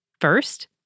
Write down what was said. First